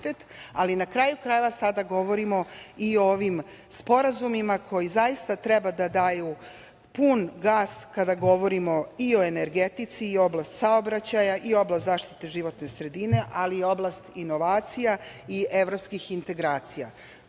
ali na kraju krajeva sada govorimo i ovim sporazumima koji zaista treba da daju pun gas kada govorimo i o energetici i oblast saobraćaja i oblast zaštitne životne sredine, ali i oblast inovacija i evropskih integracija.Za